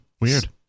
Weird